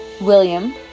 William